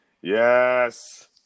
yes